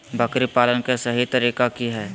बकरी पालन के सही तरीका की हय?